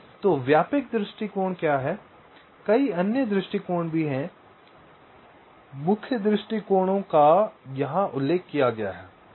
तो व्यापक दृष्टिकोण क्या हैं कई अन्य दृष्टिकोण भी हैं मुख्य दृष्टिकोणों का यहां उल्लेख किया गया है